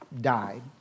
died